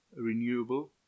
renewable